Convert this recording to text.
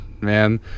man